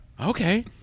Okay